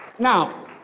Now